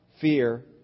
fear